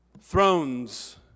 Thrones